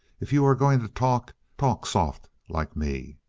if you are going to talk, talk soft like me.